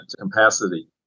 capacity